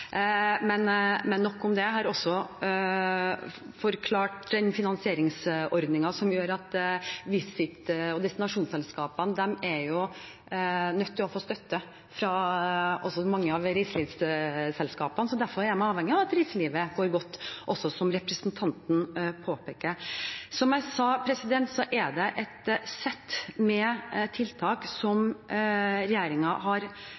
Men nok om det. Jeg har også forklart den finansieringsordningen som gjør at visit- og destinasjonsselskapene er nødt til å få støtte også fra mange av reiselivsselskapene. Derfor er de avhengige av at reiselivet går godt, som representanten også påpeker. Som jeg sa, er det et sett med tiltak som regjeringen har